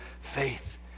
faith